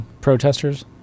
protesters